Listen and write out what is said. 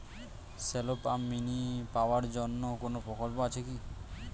Shallow pump mini power জন্য কোনো প্রকল্প আছে কি?